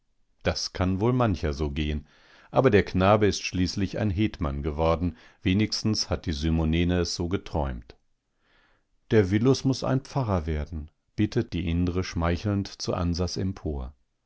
das kann wohl mancher so gehen aber der knabe ist schließlich ein hetman geworden wenigstens hat die symonene es so geträumt der willus muß ein pfarrer werden bittet die indre schmeichelnd zu ansas empor